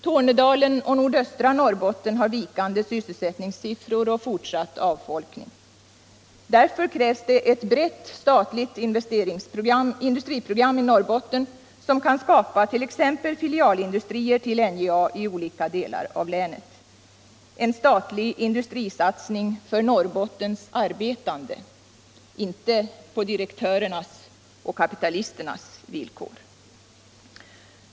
Tornedalen och nordöstra Norrbotten har vikande sysselsättningssiffror och fortsatt avfolkning. Därför krävs det ett brett statligt industriprogram i Norrbotten, som kan skapa t.ex. filialindustrier till NJA i olika delar av länet — en statlig industrisatsning för Norrbottens arbetande, inte på direktörernas och kapitalisternas villkor.